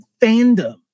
fandom